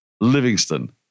Livingston